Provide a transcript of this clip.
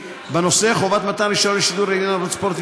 בנושא חובת מתן רישיון לשידור לעניין ערוץ ספורט,